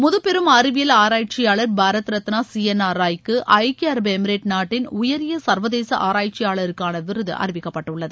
முதுபெரும் அறிவியல் ஆராய்ச்சியாளர் பாரத ரத்னா சிஎன்ஆர் ராய்க்கு ஐக்கிய அரபு எமிரெட் நாட்டின் உயரிய சா்வதேச ஆராய்ச்சியாளருக்கான விருது அறிவிக்கப்பட்டுள்ளது